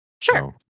Sure